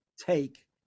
take